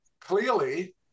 clearly